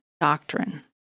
doctrine